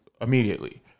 immediately